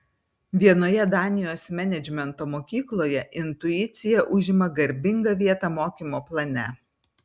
vienoje danijos menedžmento mokykloje intuicija užima garbingą vietą mokymo plane